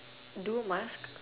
don't mask